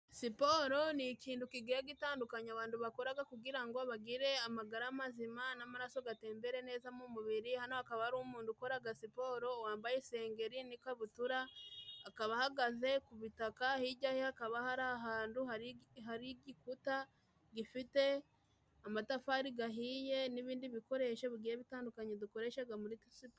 Siporo ni ikintu kigiye gitandukanye abantu bakoraga kugira ngo bagire amagara mazima n'amaraso gatembere neza mumubiri hano hakaba hari umuntu ukoraga siporo wambaye isengeri n'ikabutura akaba ahagaze ku butaka hijyaye hakaba hari ahantu hari har'igikuta gifite amatafari gahiye n'ibindi bikoresho bigiye bitandukanye dukoreshaga muri kasipo.